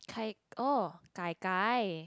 Kai~ oh Gai-Gai